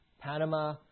Panama